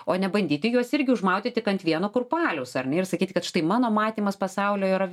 o ne bandyti juos irgi užmauti tik ant vieno kurpaliaus ar ne ir sakyti kad štai mano matymas pasaulio yra